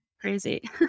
crazy